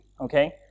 Okay